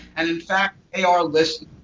and in fact, they are listening.